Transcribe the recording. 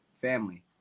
Family